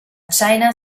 china